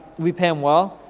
we pay em well.